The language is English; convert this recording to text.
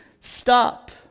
stop